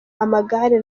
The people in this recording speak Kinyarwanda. amagare